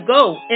go